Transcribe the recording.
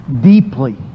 deeply